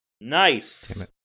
nice